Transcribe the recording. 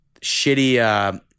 shitty –